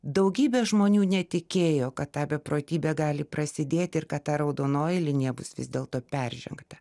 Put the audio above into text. daugybė žmonių netikėjo kad ta beprotybė gali prasidėti ir kad ta raudonoji linija bus vis dėlto peržengta